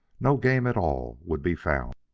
no game at all would be found.